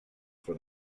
for